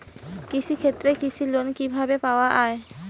কৃষি ক্ষেত্রে কৃষি লোন কিভাবে পাওয়া য়ায়?